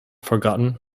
forgotten